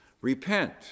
Repent